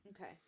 Okay